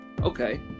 okay